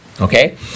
okay